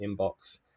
inbox